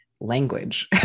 language